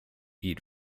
eat